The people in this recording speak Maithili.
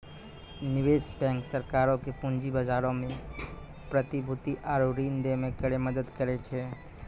निवेश बैंक सरकारो के पूंजी बजारो मे प्रतिभूति आरु ऋण दै मे करै मदद करै छै